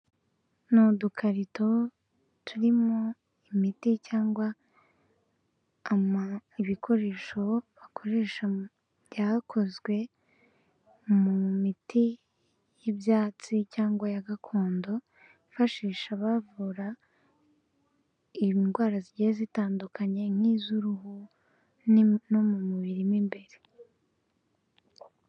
Ni udukarito turimo imiti cyangwa ibikoresho bakoresha byakozwe, mu miti y'ibyatsi cyangwa ya gakondo, ifashisha abavura indwara zigiye zitandukanye nk'iz'uruhu no mu mu mubiri mu imbere.